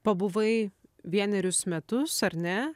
pabuvai vienerius metus ar ne